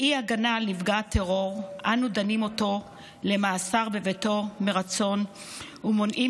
באי-הגנה על נפגע הטרור אנו דנים אותו למאסר בביתו מרצון ומונעים